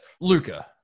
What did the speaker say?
luca